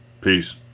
Peace